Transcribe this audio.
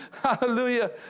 Hallelujah